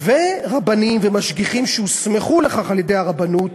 ורבנים ומשגיחים שהוסמכו לכך על-ידי הרבנות